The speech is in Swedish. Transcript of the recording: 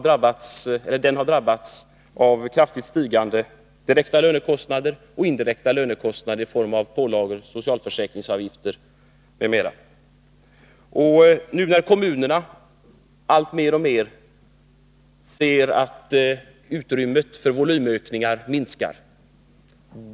Den har drabbats av kraftigt stigande lönekostnader och av indirekta lönekostnader i form av socialförsäkringsavgifter m.m. Nu ser kommunerna mer och mer hur utrymmet för volymökningar minskar.